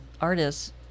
artists